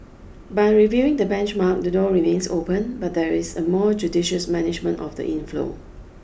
by reviewing the benchmark the door remains open but there is a more judicious management of the inflow